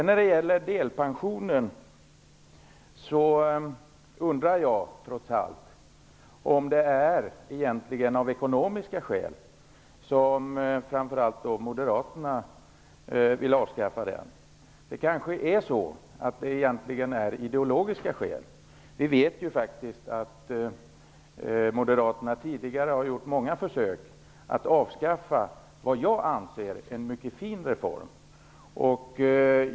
När det gäller delpensionen undrar jag trots allt om det egentligen är av ekonomiska skäl som framför allt Moderaterna vill avskaffa den. Det kanske ändå är av ideologiska skäl. Vi vet faktiskt att Moderaterna tidigare gjort många försök att avskaffa vad jag anser vara en mycket fin reform.